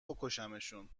بکشمشون